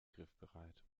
griffbereit